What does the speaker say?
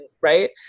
right